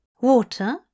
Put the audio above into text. water